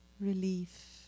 relief